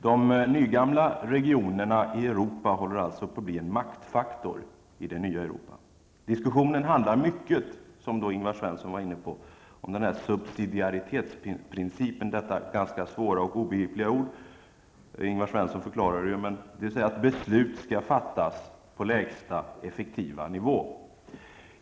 De nygamla regionerna i Europa håller alltså på att bli en maktfaktor i det nya Europa. Diskussionen handlar i stor utsträckning, vilket Ingvar Svensson var inne på, om subsidiaritetsprincipen -- detta ganska svåra och obegripliga ord. Ingvar Svensson förklarade det ju; beslut skall fattas på lägsta effektiva nivå.